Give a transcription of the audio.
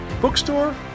bookstore